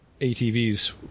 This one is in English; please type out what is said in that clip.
ATVs